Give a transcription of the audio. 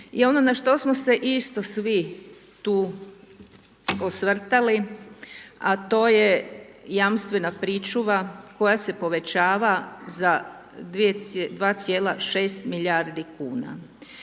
I ono na što smo se isto svi tu osvrtali, a to je jamstvena pričuva koja se povećava za 2,6 milijardi kuna.